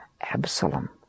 Absalom